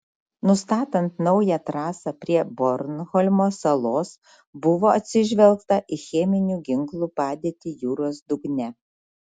nustatant naują trasą prie bornholmo salos buvo atsižvelgta į cheminių ginklų padėtį jūros dugne